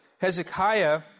Hezekiah